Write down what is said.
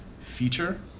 feature